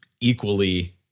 equally